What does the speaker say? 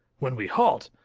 when we halt,